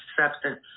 acceptance